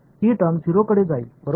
हि टर्म 0 कडे जाईल बरोबर